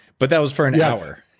but that was for an hour,